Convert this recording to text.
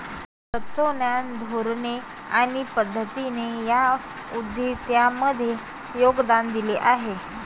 तत्त्वज्ञान, धोरणे आणि पद्धतींनी या उद्दिष्टांमध्ये योगदान दिले आहे